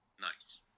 Nice